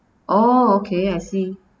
oh okay I see